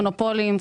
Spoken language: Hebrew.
מונופולים,